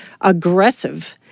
aggressive—